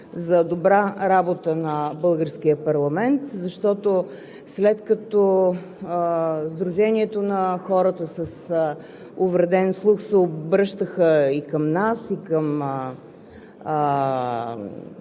за добра работа на българския парламент, защото, след като Сдружението на хората с увреден слух се обръщаха към нас и към